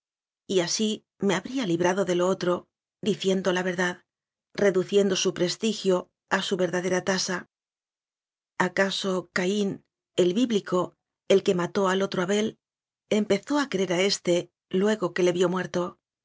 gloria y así me habría librado de lo otro diciendo la verdad reduciendo su prestigio a su verdadera tasa acaso caín el bíblico el que mató al otro abel empezó a querer a éste luego que le vió muerto